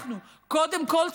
קודם כול,